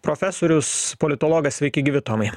profesorius politologas sveiki gyvi tomai